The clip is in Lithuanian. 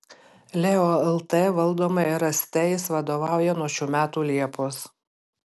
leo lt valdomai rst jis vadovauja nuo šių metų liepos